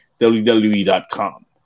WWE.com